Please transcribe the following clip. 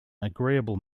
agreeable